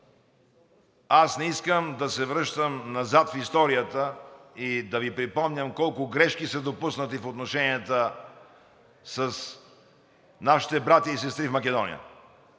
Аз не искам да се връщам назад в историята и да Ви припомням колко грешки са допуснати в отношенията с нашите братя и сестри в Македония